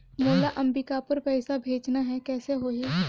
मोला अम्बिकापुर पइसा भेजना है, कइसे होही?